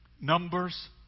Numbers